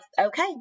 okay